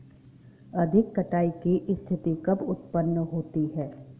अधिक कटाई की स्थिति कब उतपन्न होती है?